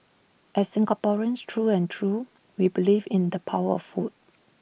as Singaporeans through and through we believe in the power of food